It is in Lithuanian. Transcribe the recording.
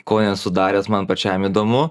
ko nesu daręs man pačiam įdomu